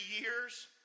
years